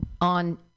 on